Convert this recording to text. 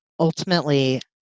Ultimately